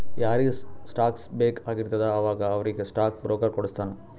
ಯಾರಿಗ್ ಸ್ಟಾಕ್ಸ್ ಬೇಕ್ ಆಗಿರ್ತುದ ಅವಾಗ ಅವ್ರಿಗ್ ಸ್ಟಾಕ್ ಬ್ರೋಕರ್ ಕೊಡುಸ್ತಾನ್